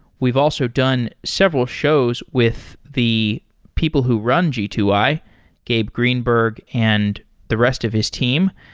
we've also done several shows with the people who run g two i, gabe greenberg, and the rest of his team.